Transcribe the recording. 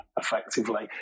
effectively